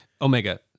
Omega